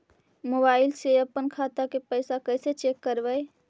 Mobile से अपन खाता के पैसा कैसे चेक करबई?